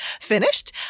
finished